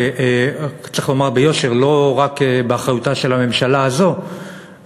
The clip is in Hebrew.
וצריך לומר ביושר שלא רק באחריותה של הממשלה הזאת,